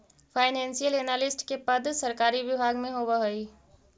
financial analyst के पद सरकारी विभाग में होवऽ हइ